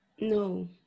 No